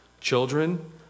Children